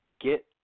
get